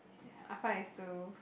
I find it's too